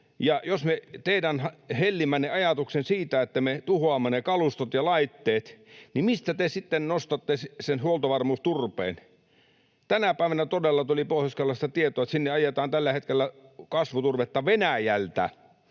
toteutamme teidän hellimänne ajatuksen siitä, että me tuhoamme ne kalustot ja laitteet, mistä te sitten nostatte sen huoltovarmuusturpeen? Tänä päivänä todella tuli Pohjois-Karjalasta tietoa, että sinne ajetaan tällä hetkellä kasvuturvetta Venäjältä,